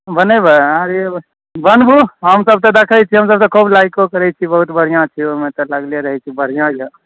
बनेबै आहिरे बनबू हमसभ तऽ देखैत छियै हमसभ तऽ खूब लाइको करैत छियै बहुत बढ़िआँ छै ओहिमे तऽ लगले रहैत छी बढ़िआँ यए